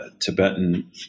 Tibetan